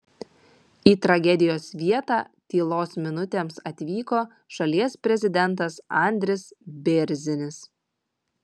į tragedijos vietą tylos minutėms atvyko šalies prezidentas andris bėrzinis